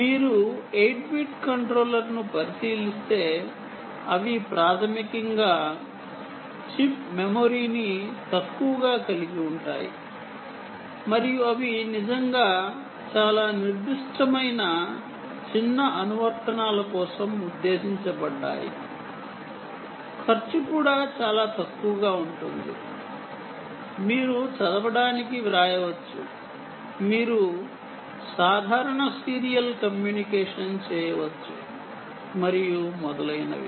మీరు 8 బిట్ కంట్రోలర్లను పరిశీలిస్తే అవి ప్రాథమికంగా చిప్ మెమరీని తక్కువగా కలిగి ఉంటాయి మరియు అవి నిజంగా చాలా నిర్దిష్టమైన చిన్న అనువర్తనాల కోసం ఉద్దేశించబడ్డాయి ఖర్చు కూడా చాలా తక్కువగా ఉంటుంది మీరు చదవడానికి వ్రాయవచ్చు మీరు సాధారణ సీరియల్ కమ్యూనికేషన్ చేయవచ్చు మరియు మొదలైనవి